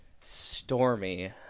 Stormy